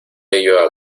ello